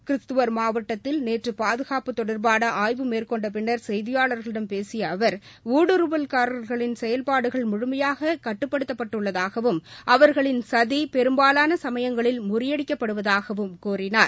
கிஸ்துவர் மாவட்டத்தில் நேற்று பாதுகாப்பு தொடர்பாள ஆய்வு மேற்கொண்ட பின்னர் செய்தியாளர்களிடம் பேசிய அவர் ஊடுறவல் காரர்களின் செயல்பாடுகள் முழுமையாக கட்டப்படுத்தப் பட்டுள்ளதாகவும் அவர்களின் சதி பெரும்பாலான சமயங்களில் முறியடிக்கப்படுவதாகவும் கூறினார்